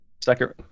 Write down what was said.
Second